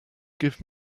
give